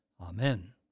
Amen